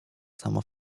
samo